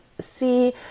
see